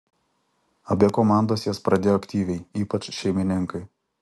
abi komandos jas pradėjo aktyviai ypač šeimininkai